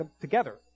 together